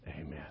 Amen